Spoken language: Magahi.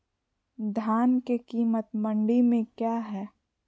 धान के कीमत मंडी में क्या है?